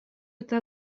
это